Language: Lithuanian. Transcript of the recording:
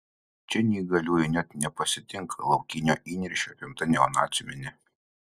čia neįgaliųjų net nepasitinka laukinio įniršio apimta neonacių minia